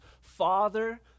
Father